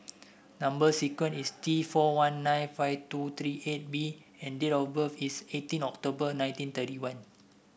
number sequence is T four one nine five two three eight B and date of birth is eighteen October nineteen thirty one